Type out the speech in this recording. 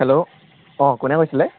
hello অঁ কোনে কৈছিলে